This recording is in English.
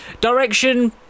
Direction